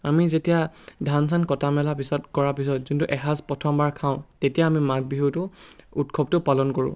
আমি যেতিয়া ধান চান কটা মেলা পিছত কৰা পিছত যোনটো এসাঁজ প্ৰথমবাৰ খাওঁ তেতিয়া আমি মাঘ বিহুটো উৎসৱটো পালন কৰোঁ